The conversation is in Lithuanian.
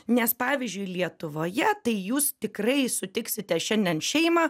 nes pavyzdžiui lietuvoje tai jūs tikrai sutiksite šiandien šeimą